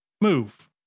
move